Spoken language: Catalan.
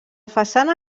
façana